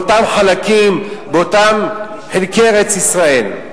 באותם חלקים, באותם חלקי ארץ-ישראל.